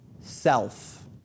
self